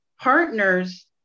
partner's